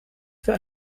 für